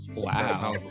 Wow